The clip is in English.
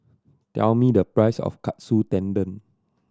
tell me the price of Katsu Tendon